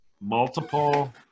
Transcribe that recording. multiple